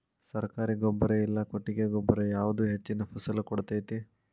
ಸರ್ಕಾರಿ ಗೊಬ್ಬರ ಇಲ್ಲಾ ಕೊಟ್ಟಿಗೆ ಗೊಬ್ಬರ ಯಾವುದು ಹೆಚ್ಚಿನ ಫಸಲ್ ಕೊಡತೈತಿ?